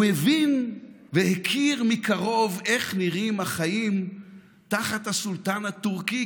הוא הבין והכיר מקרוב איך נראים החיים תחת הסולטן הטורקי,